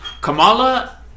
Kamala